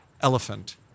elephant